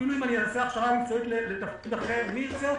אפילו אם אעשה הכשרה מקצועית לתפקיד אחר - מי ירצה אותי?